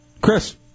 Chris